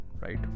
right